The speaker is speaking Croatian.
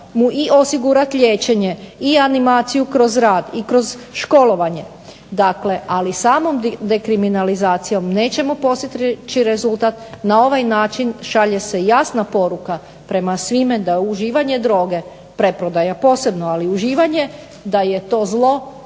mu i osigurati liječenje i animaciju kroz rad i kroz školovanje. Ali, samom dekriminalizacijom nećemo postići rezultat, na ovaj način šalje se jasna poruka prema svima da uživanje droge, preprodaja posebno, ali uživanje da je to zlo,